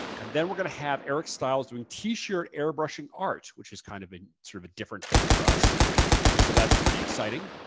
and then we're gonna have eric stiles doing t-shirt airbrushing art which is kind of sort of a different thing for us and so that's pretty exciting.